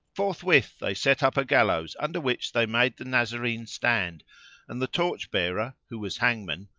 forthwith they set up a gallows under which they made the nazarene stand and the torch bearer, who was hangman,